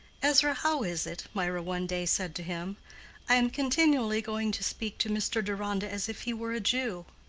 ezra, how is it? mirah one day said to him i am continually going to speak to mr. deronda as if he were a jew?